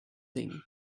thing